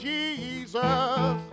Jesus